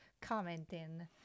commenting